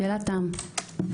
שאלת תם.